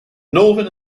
northern